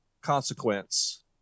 consequence